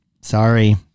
Sorry